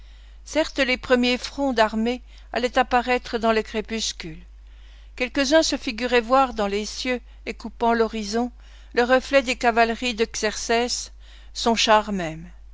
certes les premiers fronts d'armées allaient apparaître dans le crépuscule quelques-uns se figuraient voir dans les cieux et coupant l'horizon le reflet des cavaleries de xerxès son char même